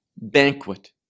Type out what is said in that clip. banquet